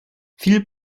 viel